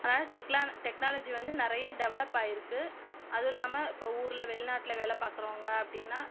அதனால டெக்னாலஜி வந்து நிறைய டெவெலப் ஆகியிருக்கு அதுவும் இல்லாமல் இப்போ ஊரில் வெளிநாட்டில் வேலை பார்க்குறவுங்க அப்படின்னா